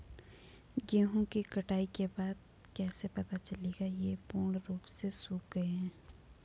गेहूँ की कटाई के बाद कैसे पता चलेगा ये पूर्ण रूप से सूख गए हैं?